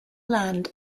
land